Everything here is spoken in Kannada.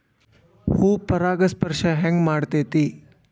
ಹೂ ಪರಾಗಸ್ಪರ್ಶ ಹೆಂಗ್ ಮಾಡ್ತೆತಿ?